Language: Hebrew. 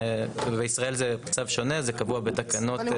בישראל זה מצב שונה, זה קבוע בתקנות.